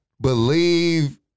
believe